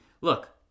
look